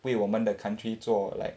为我们的 country 做 like